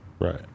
Right